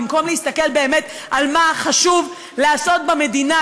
במקום להסתכל באמת על מה חשוב לעשות במדינה,